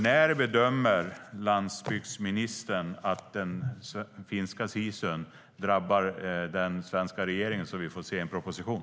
När bedömer landsbygdsministern att den finska sisun drabbar den svenska regeringen så att vi får se en proposition?